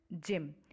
gym